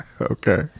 okay